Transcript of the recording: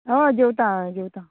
हय जेवता हय जेवता